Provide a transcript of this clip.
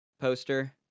poster